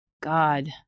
God